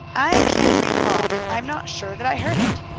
i can't recall. i am not sure that i heard it.